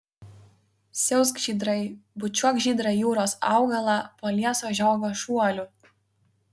siausk žydrai bučiuok žydrą jūros augalą po lieso žiogo šuoliu